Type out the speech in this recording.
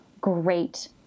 great